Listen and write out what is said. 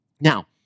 Now